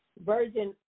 Virgin